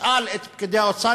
שאל את פקידי האוצר,